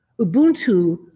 Ubuntu